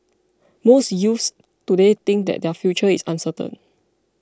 most youths today think that their future is uncertain